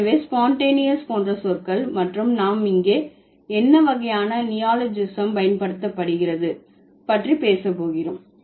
எனவே ஸ்பான்டேனீயஸ் போன்ற சொற்கள் மற்றும் நாம் இங்கே என்ன வகையான நியோலாஜிசம் பயன்படுத்தப்படுகிறது பற்றி பேச போகிறோம்